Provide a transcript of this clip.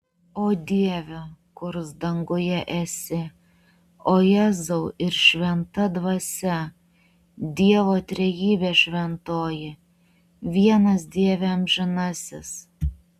o dieve kurs danguje esi o jėzau ir šventa dvasia dievo trejybe šventoji vienas dieve amžinasis